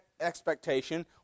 expectation